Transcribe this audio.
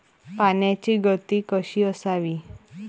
पाण्याची गती कशी असावी?